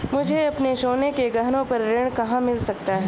मुझे अपने सोने के गहनों पर ऋण कहाँ मिल सकता है?